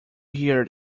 hear